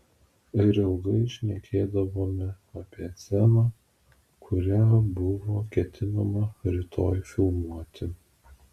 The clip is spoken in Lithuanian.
ir ilgai šnekėdavome apie sceną kurią buvo ketinama rytoj filmuoti